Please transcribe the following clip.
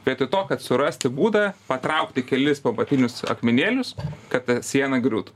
vietoj to kad surasti būdą patraukti kelis pamatinius akmenėlius kad ta siena griūtų